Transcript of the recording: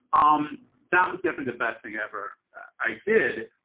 um that was definitely the best thing ever i did,